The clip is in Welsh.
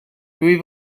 dwy